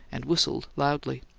and whistled loudly.